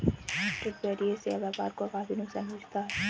trade barrier से व्यापार को काफी नुकसान पहुंचता है